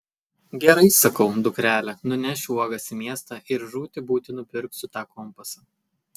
gerai sakau dukrele nunešiu uogas į miestą ir žūti būti nupirksiu tą kompasą